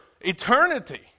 eternity